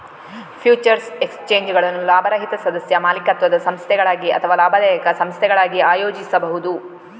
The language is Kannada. ಫ್ಯೂಚರ್ಸ್ ಎಕ್ಸ್ಚೇಂಜುಗಳನ್ನು ಲಾಭರಹಿತ ಸದಸ್ಯ ಮಾಲೀಕತ್ವದ ಸಂಸ್ಥೆಗಳಾಗಿ ಅಥವಾ ಲಾಭದಾಯಕ ಸಂಸ್ಥೆಗಳಾಗಿ ಆಯೋಜಿಸಬಹುದು